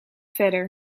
verder